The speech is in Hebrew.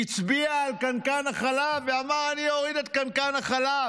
הצביע על קנקן החלב ואמר: אני אוריד את קנקן החלב.